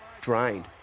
drained